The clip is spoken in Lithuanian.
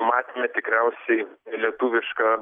matėme tikriausiai lietuvišką